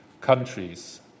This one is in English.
countries